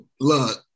look